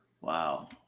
Wow